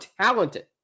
talented